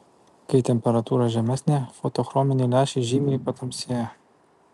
kai temperatūra žemesnė fotochrominiai lęšiai žymiai patamsėja